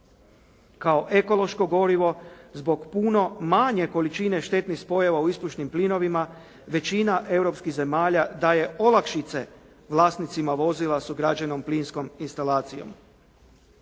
Kao ekološko gorivo zbog puno manje količine štetnih spojeva u ispušnim plinovima, većina europskih zemalja daje olakšice vlasnicima vozila sa ugrađenom plinskom instalacijom.